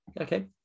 Okay